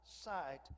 Sight